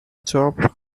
job